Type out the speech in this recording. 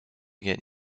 get